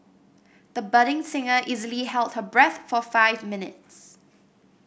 the budding singer easily held her breath for five minutes